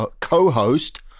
co-host